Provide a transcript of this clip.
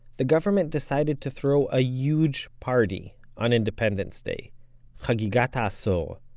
the government decided to throw a huge party on independence day chagigat ah so